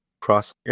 Cross